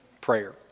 prayer